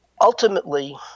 Ultimately